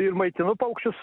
ir maitinu paukščius